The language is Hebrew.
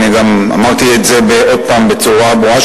גם אמרתי את זה בצורה ברורה,